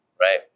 Right